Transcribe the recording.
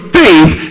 faith